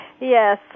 Yes